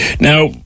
Now